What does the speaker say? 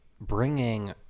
bringing